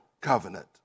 covenant